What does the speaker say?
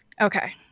Okay